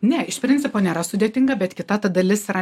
ne iš principo nėra sudėtinga bet kita ta dalis yra